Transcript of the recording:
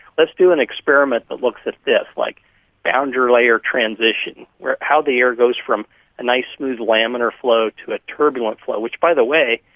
let's do an experiment that looks at this, like boundary layer transition, how the air goes from a nice smooth laminar flow to a turbulent flow, which, by the way,